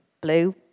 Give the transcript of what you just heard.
Blue